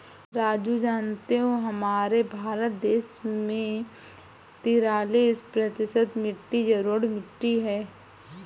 राजू जानते हो हमारे भारत देश में तिरालिस प्रतिशत मिट्टी जलोढ़ मिट्टी हैं